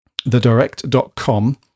thedirect.com